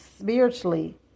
spiritually